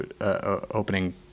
opening